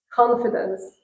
confidence